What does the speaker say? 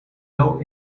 wel